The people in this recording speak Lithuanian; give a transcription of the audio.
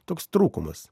toks trūkumas